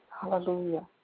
hallelujah